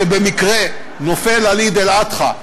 שבמקרה נופל על עיד אל-אדחא,